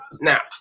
now